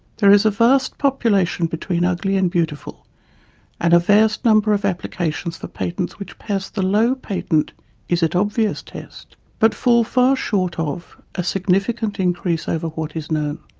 there is a vast population between ugly and beautiful and a vast number of applications for patents which pass the low patent is it obvious test but fall far short ah of a significant increase over what is known.